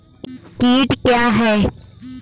कीट क्या है?